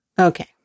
Okay